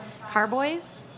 carboys